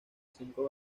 cinco